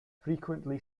frequently